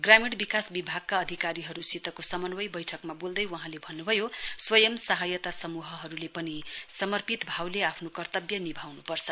ग्रामीण विकास विभागका अधिकारीहरुसितको समन्वय वैठकमा वोल्दै वहाँले भन्नुभयो स्वयं सहायता समूहहरुले पनि समर्पित भावले आफ्नो कर्तव्य निभाउनुपर्छ